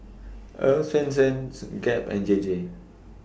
Earl's Swensens Gap and J J